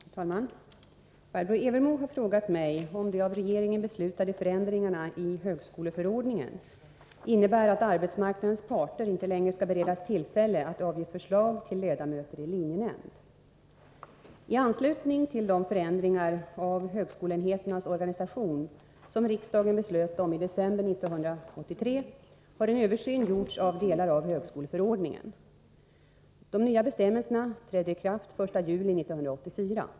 Herr talman! Barbro Evermo har frågat mig om de av regeringen beslutade förändringarna i högskoleförordningen innebär att arbetsmarknadens parter inte längre skall beredas tillfälle att avge förslag till ledamöter i linjenämnd. I anslutning till de förändringar av högskoleenheternas organisation som riksdagen beslöt om i december 1983 har en översyn gjorts av delar av högskoleförordningen. De nya bestämmelserna träder i kraft den 1 juli 1984.